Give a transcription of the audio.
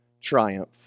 Triumph